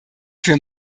für